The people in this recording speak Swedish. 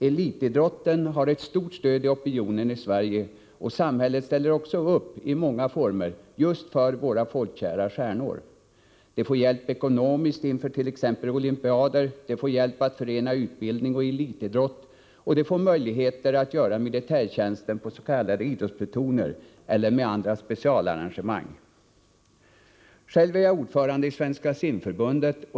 Elitidrotten har ett stort stöd i opinionen i Sverige, och samhället ställer också upp på många sätt just för våra folkkära stjärnor. De får hjälp ekonomiskt inför t.ex. olympiader. De får hjälp, så att de kan förena utbildning och elitidrott. De får möjligheter att göra militärtjänsten på s.k. idrottsplutoner eller i form av andra specialarrangemang. Själv är jag ordförande i Svenska simförbundet.